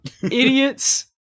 idiots